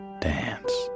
dance